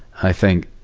i think,